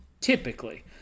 typically